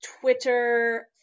Twitter